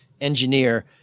engineer –